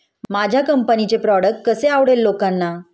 माझ्या कंपनीचे प्रॉडक्ट कसे आवडेल लोकांना?